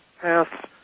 pass